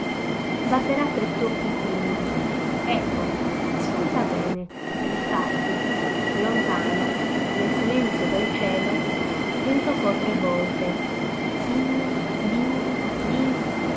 batterà tre tocchi timidi ecco ascolta bene difatti lontano nel silenzio del cielo rintoccò tre volte din din din